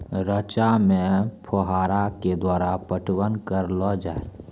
रचा मे फोहारा के द्वारा पटवन करऽ लो जाय?